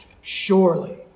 surely